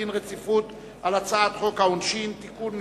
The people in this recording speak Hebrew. דין רציפות על הצעת חוק העונשין (תיקון מס'